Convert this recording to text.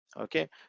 okay